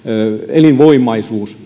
elinvoimaisuus